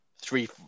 Three